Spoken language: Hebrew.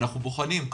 ואנחנו בוחנים.